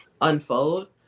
unfold